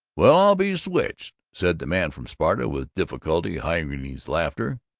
well, i'll be switched! said the man from sparta, with difficulty hiding his laughter.